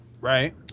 Right